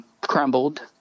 crumbled